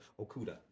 Okuda